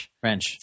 French